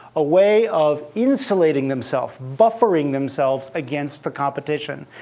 a way of insulating themselves, buffering themselves against the competition,